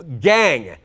gang